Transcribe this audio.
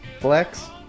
Flex